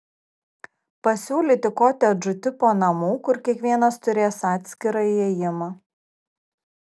pasiūlyti kotedžų tipo namų kur kiekvienas turės atskirą įėjimą